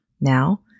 Now